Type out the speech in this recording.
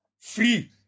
free